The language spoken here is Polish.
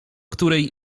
której